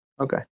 okay